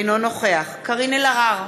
אינו נוכח קארין אלהרר,